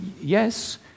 yes